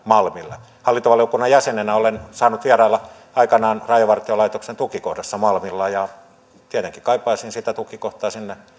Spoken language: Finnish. toimintoja malmille hallintovaliokunnan jäsenenä olen saanut vierailla aikanaan rajavartiolaitoksen tukikohdassa malmilla ja tietenkin kaipaisin sitä tukikohtaa sinne